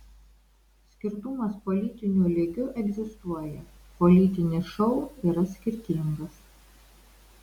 skirtumas politiniu lygiu egzistuoja politinis šou yra skirtingas